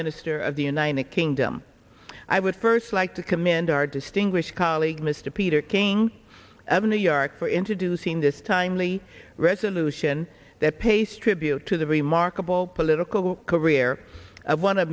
minister of the united kingdom i would first like to commend our distinguished colleague mr peter king of new york for introducing this timely resolution that pays tribute to the remarkable political career of one of